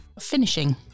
Finishing